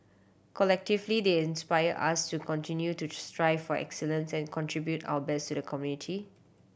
collectively they inspire us to continue to strive for excellence and contribute our best to the community